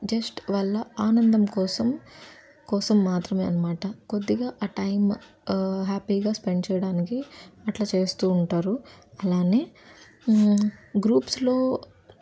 just వాళ్ళ ఆనందం కోసం కోసం మాత్రమే అన్నమాట కొద్దిగా ఆ టైం హ్యాపీగా స్పెండ్ చేయడానికి అలా చేస్తూ ఉంటారు అలానే గ్రూప్స్లో